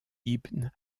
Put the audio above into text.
ibn